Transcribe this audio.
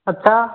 अच्छा